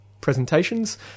presentations